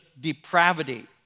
depravity